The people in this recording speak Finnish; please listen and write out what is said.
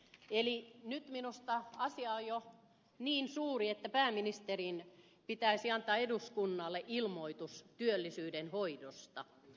eli nyt minusta asia on jo niin suuri että pääministerin pitäisi antaa eduskunnalle ilmoitus työllisyyden hoidosta